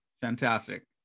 fantastic